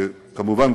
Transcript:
כמובן,